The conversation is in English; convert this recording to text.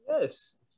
Yes